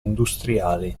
industriali